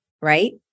right